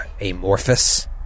amorphous